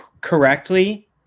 correctly